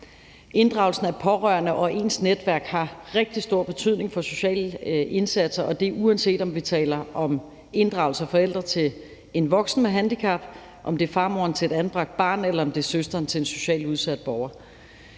Inddragelsen af pårørende og ens netværk har rigtig stor betydning for sociale indsatser, og det er, uanset om vi taler om inddragelse af forældre til en voksen med handicap, om det er farmoderen til et anbragt barn eller om det er søsteren til en socialt udsat borger.